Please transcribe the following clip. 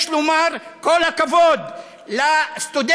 יש לומר כל הכבוד לסטודנטית,